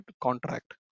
contract